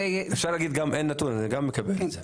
אפשר להגיד שגם אין נתון, אני גם מקבל את זה.